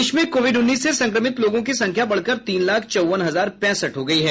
देश में कोविड उन्नीस से संक्रमित लोगों की संख्या बढ़कर तीन लाख चौवन हजार पैंसठ हो गई हैं